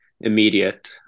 immediate